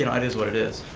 you know it is what it is.